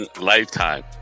Lifetime